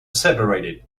separated